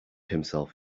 himself